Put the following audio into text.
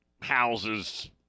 houses